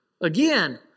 Again